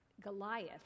Goliath